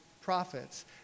prophets